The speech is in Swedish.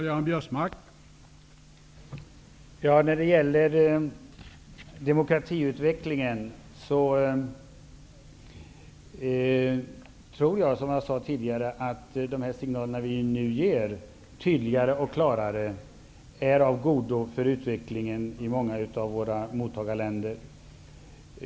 Herr talman! Jag tror att de signaler som vi nu både tydligare och klarare ger när det gäller demokratiutvecklingen är av godo för utveckligen i många av våra mottagarländer.